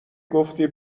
گفتی